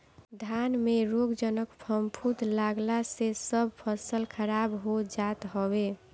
धान में रोगजनक फफूंद लागला से सब फसल खराब हो जात हवे